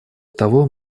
того